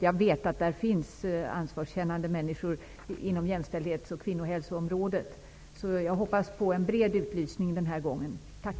Jag vet att där finns ansvarskännande människor inom jämställdhets och kvinnohälsoområdet, så jag hoppas på en bred utlysning den här gången. Tack!